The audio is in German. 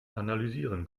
analysieren